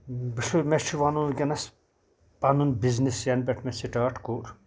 بہٕ چھُس مےٚ چھُ وَنُن وُنکینَس پَنُن بِزنٮ۪س ینہٕ پٮ۪ٹھ مےٚ سِٹارٹ کوٚو